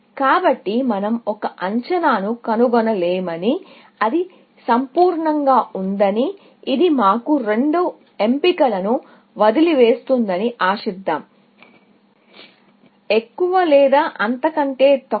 కాబట్టి మనం ఒక అంచనాను కనుగొనలేమని అది సంపూర్ణంగా ఉందని ఇది మాకు రెండు ఎంపికలను వదిలివేస్తుందని ఆశిద్దాం కంటే ఎక్కువ లేదా అంతకంటే తక్కువ